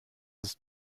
ist